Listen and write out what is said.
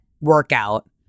workout